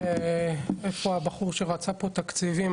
איפה הבחור שרצה פה תקציבים?